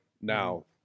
now